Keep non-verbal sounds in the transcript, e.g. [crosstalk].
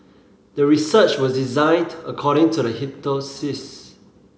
the research was designed according to the [unintelligible]